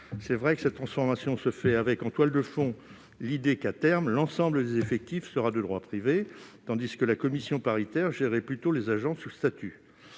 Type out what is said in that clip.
est vrai que cette transformation se fait avec, en toile de fond, l'idée que l'ensemble des effectifs sera à terme de droit privé, tandis que la commission paritaire gérait plutôt les agents sous statut.